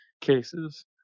cases